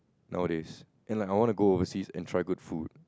nowadays and like I want to go overseas and try good food